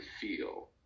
feel